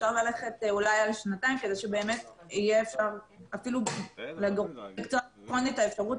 אפשר ללכת אולי על שנתיים כדי שבאמת יהיה אפשר לבחון את האפשרות